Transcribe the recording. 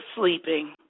sleeping